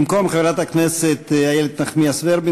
במקום חברת הכנסת איילת נחמיאס ורבין,